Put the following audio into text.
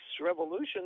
revolution